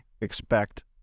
expect